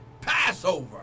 Passover